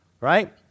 right